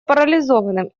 парализованным